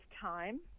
time